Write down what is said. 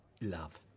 ..love